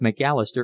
McAllister